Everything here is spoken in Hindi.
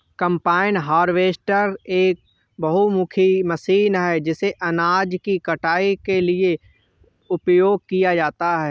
कंबाइन हार्वेस्टर एक बहुमुखी मशीन है जिसे अनाज की कटाई के लिए उपयोग किया जाता है